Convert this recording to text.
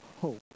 hope